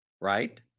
Right